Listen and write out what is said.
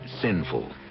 sinful